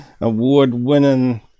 award-winning